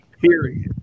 Period